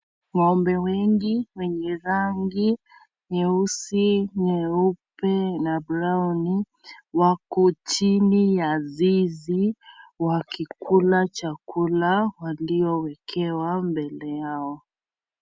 Ngombe wengi wenye rangi nyeusi, nyeupe, na brown wako chini ya zizi wakikula chakula walio wekewa mbele yao.